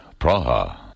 Praha